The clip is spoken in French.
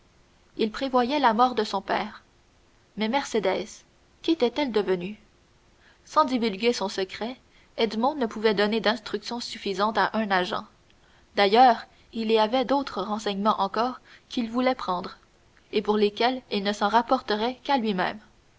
il prévoyait la mort de son père mais mercédès quétait elle devenue sans divulguer son secret edmond ne pouvait donner d'instructions suffisantes à un agent d'ailleurs il y avait d'autres renseignements qu'il voulait prendre et pour lesquels il ne s'en rapportait qu'à lui-même